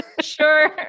sure